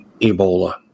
Ebola